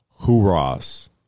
hoorahs